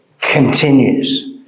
continues